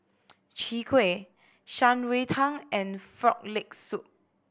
Chwee Kueh Shan Rui Tang and Frog Leg Soup